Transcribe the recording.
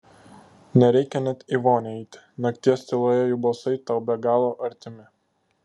nereikia net į vonią eiti nakties tyloje jų balsai tau be galo artimi